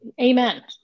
Amen